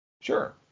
sure